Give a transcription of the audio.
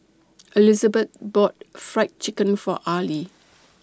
Elizabet bought Fried Chicken For Arley